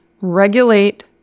Regulate